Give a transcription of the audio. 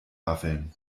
waffeln